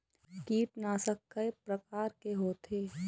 कीटनाशक कय प्रकार के होथे?